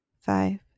five